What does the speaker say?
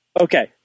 Okay